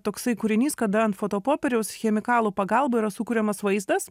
toksai kūrinys kada ant fotopopieriaus chemikalų pagalba yra sukuriamas vaizdas